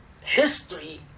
history